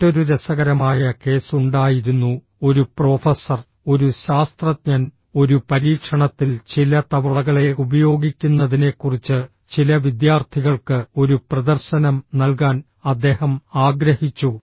മറ്റൊരു രസകരമായ കേസ് ഉണ്ടായിരുന്നു ഒരു പ്രൊഫസർ ഒരു ശാസ്ത്രജ്ഞൻ ഒരു പരീക്ഷണത്തിൽ ചില തവളകളെ ഉപയോഗിക്കുന്നതിനെക്കുറിച്ച് ചില വിദ്യാർത്ഥികൾക്ക് ഒരു പ്രദർശനം നൽകാൻ അദ്ദേഹം ആഗ്രഹിച്ചു